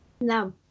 no